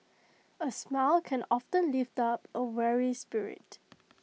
A smile can often lift up A weary spirit